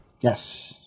Yes